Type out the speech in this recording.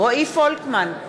רועי פולקמן,